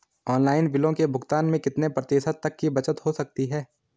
Online बिलों के भुगतान में कितने प्रतिशत तक की बचत हो सकती है?